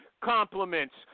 compliments